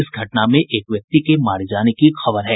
इस घटना में एक व्यक्ति के मारे जाने की खबर है